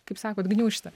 kaip sakot gniūžtė